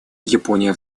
япония